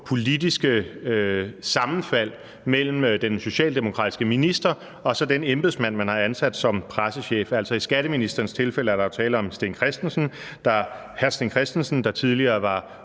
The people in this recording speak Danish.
politiske sammenfald mellem den socialdemokratiske minister og så den embedsmand, man har ansat som f.eks. pressechef, og i skatteministerens tilfælde er der jo tale om hr. Sten Kristensen, der tidligere var